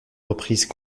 reprises